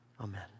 Amen